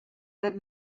that